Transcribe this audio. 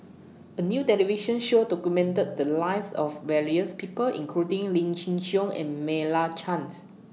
A New television Show documented The Lives of various People including Lim Chin Siong and Meira Chands